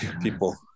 people